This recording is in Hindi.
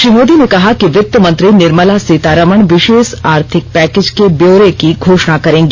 श्रीमोदी ने कहा कि वित्त मंत्री निर्मला सीतारामन विशेष आर्थिक पैकेज के ब्यौरे की घोषणा करेंगी